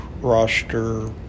roster